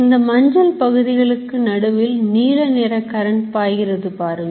இந்த மஞ்சள் பகுதிகளுக்கு நடுவில் நீல நிற கரன்ட் பாய்கிறது பாருங்கள்